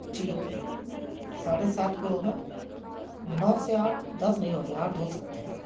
ٹھیک ہے ساڑھے سات پہ ہوگا نو سے آٹھ دس نہیں ہوں گے آٹھ ہو سکتے ہیں